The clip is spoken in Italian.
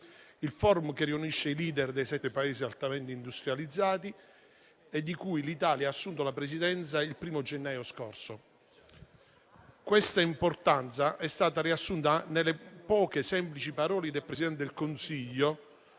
il *forum* che riunisce i *leader* dei 7 Paesi altamente industrializzati e di cui l'Italia ha assunto la Presidenza il 1o gennaio scorso. L'importanza di quest'evento è stata riassunta nelle poche semplici parole del Presidente del Consiglio